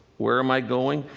where am i going?